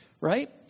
right